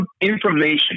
information